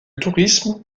tourisme